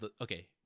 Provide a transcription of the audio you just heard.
okay